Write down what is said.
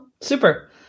Super